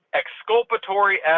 exculpatory